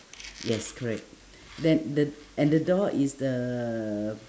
yes correct then the and the door is the